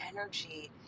energy